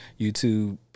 YouTube